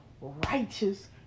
righteous